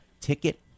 ticket